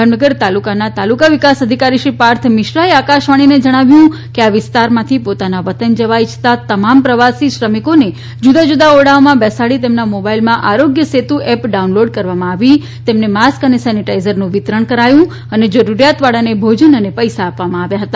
ભાવનગર તાલુકાના તાલુકા વિકાસ અધિકારી શ્રી પાર્થ મિશ્રા એ આકાશવાણી ને જણાવ્યું કે આ વિસ્તારમાંથી પોતાના વતન જવા ઈચ્છતા તમામ પ્રવાસી શ્રમિકોને જુદા જુદા ઓરડાઓમાં બેસાડી તેમના મોબાઈલમાં Aarogya Setu app download કરાવવામાં આવી તેમને માસ્ક અને સેનીટાઈઝરનું વિતરણ કરાયું અને જરૂરિયાત વાળાને ભોજન અને પૈસા આપવામાં આવ્યા હતા